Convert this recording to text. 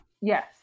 Yes